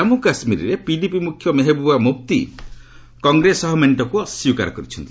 ଜାମ୍ମୁ କାଶ୍ମୀରରେ ପିଡିପି ମୁଖ୍ୟ ମେହେବୁବା ମୁଫ୍ତି କଂଗ୍ରେସ ସହ ମେଣ୍ଟକୁ ଅସ୍ୱୀକାର କରିଛନ୍ତି